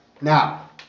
Now